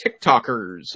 TikTokers